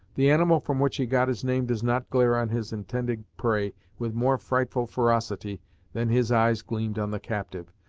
the animal from which he got his name does not glare on his intended prey with more frightful ferocity than his eyes gleamed on the captive,